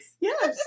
Yes